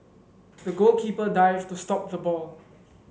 the goalkeeper dived to stop the ball